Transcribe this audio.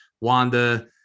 Wanda